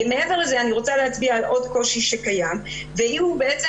מעבר לזה אני רוצה להצביע על עוד קושי שקיים והוא בעצם